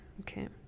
Okay